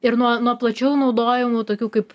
ir nuo nuo plačiau naudojamų tokių kaip